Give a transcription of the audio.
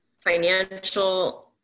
Financial